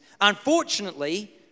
Unfortunately